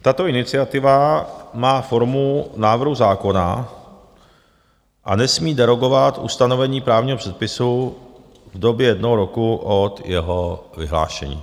Tato iniciativa má formu návrhu zákona a nesmí derogovat ustanovení právního předpisu v době jednoho roku od jeho vyhlášení.